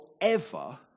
forever